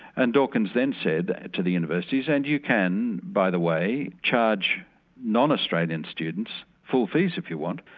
and dawkins then said to the universities, and you can by the way, charge non-australian students, full fees if you want.